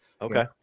okay